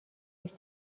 پشت